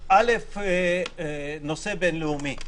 אל"ף, הנושא הבינלאומי,